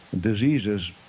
diseases